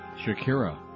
Shakira